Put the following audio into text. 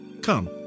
Come